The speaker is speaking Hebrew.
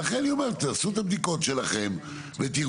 ולכן אני אומר, תעשו את הבדיקות שלכם ותראו.